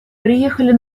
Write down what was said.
приехали